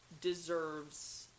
deserves